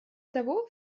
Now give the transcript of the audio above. того